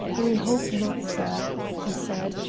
we hope not, sir, he said,